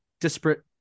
disparate